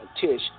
Tish